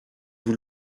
vous